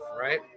right